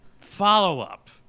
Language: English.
follow-up